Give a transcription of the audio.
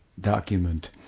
document